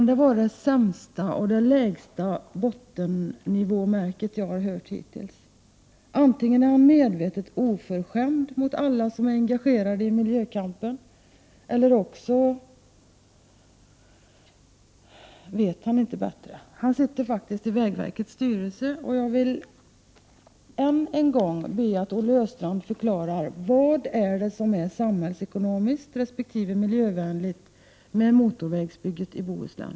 Det var det sämsta, det lägsta bottennivåmärke jag har hört hittills, fru talman. Antingen är han medvetet oförskämd mot alla som är engagerade i miljökampen, eller också vet han inte bättre. Han sitter faktiskt i vägverkets styrelse. Jag vill än en gång be Olle Östrand förklara vad som är samhällsekonomiskt resp. miljövänligt med motorvägsbygget i Bohuslän.